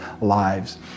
lives